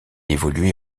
évoluait